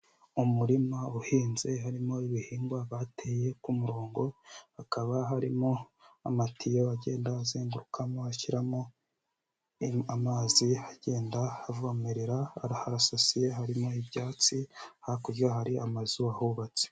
Umurima uhinze, harimo ibihingwa bateye ku murongo, hakaba harimo amatiyo agenda azengurukamo, ashyiramo amazi agenda avomerera, harasasiye harimo ibyatsi, hakurya hari amazu ahubatse.